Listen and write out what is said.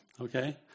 okay